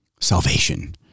salvation